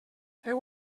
feu